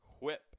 whip